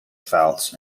fouts